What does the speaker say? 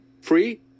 free